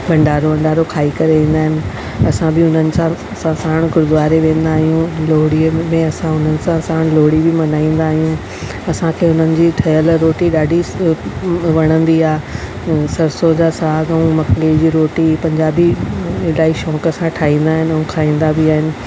भंडारो वंडारो खाई करे ईंदा आहिनि असां बि उन्हनि सां सभु साणु गुरुद्वारे वेंदा आहियूं लोहड़ीअ में असां उन्हनि सां साणु लोहड़ी बि मनाईंदा आहियूं असांखे उन्हनि जी ठहियल रोटी ॾाढी वणंदी आहे सरसो जा साग ऐं मक्के जी रोटी पंजाबी इलाही शौक़ सां ठाहींदा आहिनि ऐं खाईंदा बि आहिनि